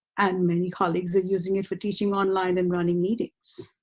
and many colleagues are using it for teaching online and running meetings.